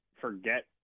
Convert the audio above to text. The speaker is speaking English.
forget